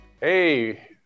Hey